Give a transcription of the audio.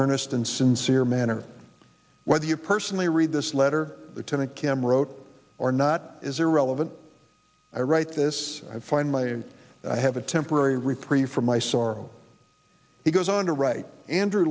earnest and sincere manner whether you personally read this letter ten occam wrote or not is irrelevant i write this i find my i have a temporary reprieve from my sorrow he goes on to write andrew